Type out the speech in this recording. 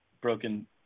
broken